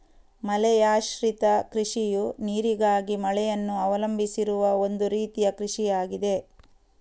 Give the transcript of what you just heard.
ಮಳೆಯಾಶ್ರಿತ ಕೃಷಿಯು ನೀರಿಗಾಗಿ ಮಳೆಯನ್ನು ಅವಲಂಬಿಸಿರುವ ಒಂದು ರೀತಿಯ ಕೃಷಿಯಾಗಿದೆ